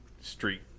street